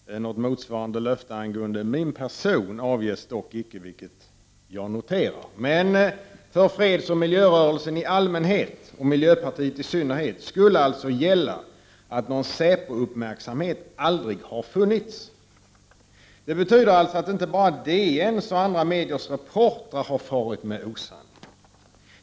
Något motsvarande löfte angående min person avges dock icke, vilket jag noterar. Men för fredsoch miljörörelsen i allmänhet och miljöpartiet i synnerhet skulle alltså gälla att någon säpouppmärksamhet aldrig har funnits. Det betyder alltså att inte bara DN:s och andra mediers reportrar har farit med osanning.